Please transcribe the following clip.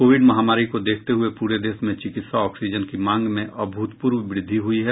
Covid महामारी को देखते हुए पूरे देश में चिकित्सा ऑक्सीजन की मांग में अभूतपूर्व वृद्धि हुई है